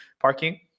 parking